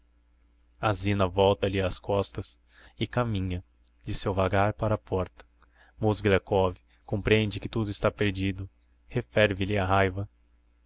a zina volta-lhe as costas e caminha de seu vagar para a porta mozgliakov comprehende que tudo está perdido referve lhe a raiva